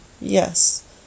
Yes